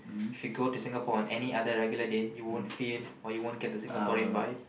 if you go to Singapore on any other regular day you won't feel or you won't get the Singaporean vibe